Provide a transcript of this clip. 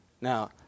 Now